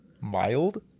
Mild